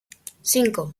cinco